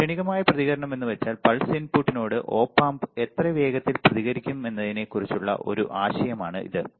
ക്ഷണികമായ പ്രതികരണം എന്നുവെച്ചാൽl പൾസ് ഇൻപുട്ടിനോട് Op amp എത്ര വേഗത്തിൽ പ്രതികരിക്കുമെന്നതിനെക്കുറിച്ചുള്ള ഒരു ആശയം ആണ് ഇത്